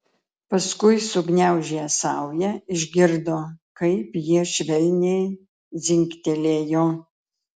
paskui sugniaužė saują išgirdo kaip jie švelniai dzingtelėjo